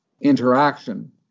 interaction